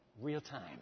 Real-time